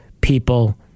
people